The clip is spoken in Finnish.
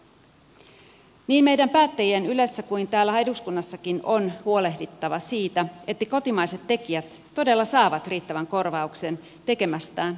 meidän päättäjien niin ylessä kuin täällä eduskunnassakin on huolehdittava siitä että kotimaiset tekijät todella saavat riittävän korvauksen tekemästään työstä